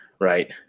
Right